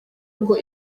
ngo